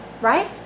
right